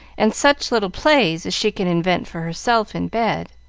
and such little plays as she could invent for herself in bed.